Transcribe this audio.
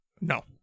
no